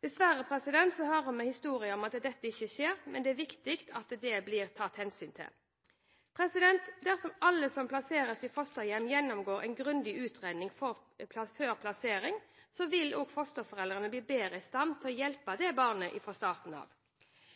Dessverre hører vi historier om at dette ikke skjer, men det er viktig at det blir tatt hensyn til. Dersom alle som plasseres i fosterhjem, gjennomgår en grundig utredning før plassering, vil også fosterforeldrene bli bedre i stand til å hjelpe barnet fra starten av.